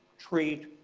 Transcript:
treat,